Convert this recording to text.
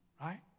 right